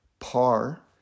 par